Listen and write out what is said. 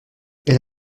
est